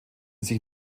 sich